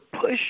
push